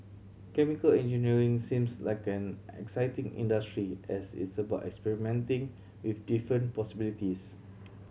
chemical engineering seems like an exciting industry as it's about experimenting with different possibilities